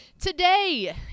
Today